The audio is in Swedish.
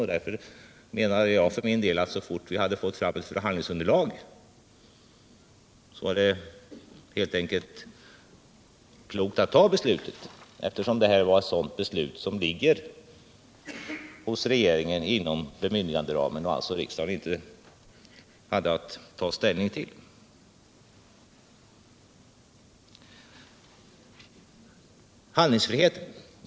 För min del menar jag därför att det, så fort vi hade fått fram ett förhandlingsunderlag, vore klokt att ta beslutet, eftersom det rörde sig om ett sådant beslut som ligger hos regeringen och inom bemyndiganderamen och riksdagen inte hade att ta ställning till det. Det sades att det gäller handlingsfriheten.